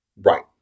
Right